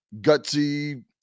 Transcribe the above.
gutsy